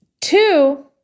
Two